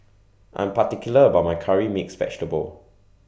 I'm particular about My Curry Mixed Vegetable